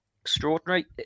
extraordinary